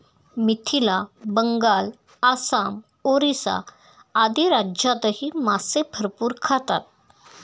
मिथिला, बंगाल, आसाम, ओरिसा आदी राज्यांतही मासे भरपूर खातात